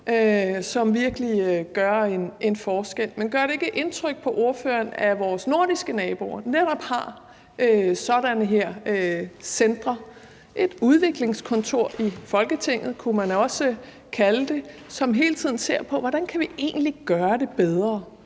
som virkelig gør en forskel. Men gør det ikke indtryk på ordføreren, at vores nordiske naboer netop har sådanne centre? Et udviklingskontor i Folketinget, kunne man også kalde det, som hele tiden ser på: Hvordan kan vi egentlig gøre det bedre?